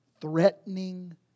threatening